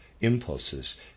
impulses